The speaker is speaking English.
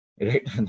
right